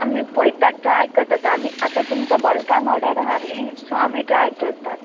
आमी पयतात ट्राय करतात आमी आतां तुमचो बल्कान ऑर्डर आहा न्ही सो आमी ट्राय करतात